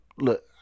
look